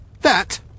That